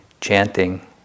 chanting